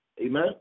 Amen